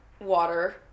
water